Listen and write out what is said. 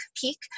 peak